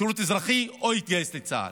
שירות אזרחי או יתגייס לצה"ל.